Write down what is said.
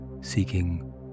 seeking